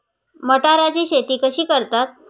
मटाराची शेती कशी करतात?